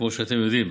כמו שאתם יודעים.